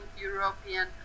European